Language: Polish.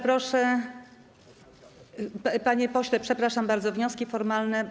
Panie pośle, przepraszam bardzo, wnioski formalne.